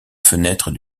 fenêtre